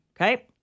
Okay